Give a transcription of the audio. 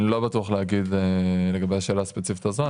אני לא בטוח כדי לענות על השאלה הספציפית הזאת,